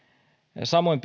samoin